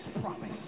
promise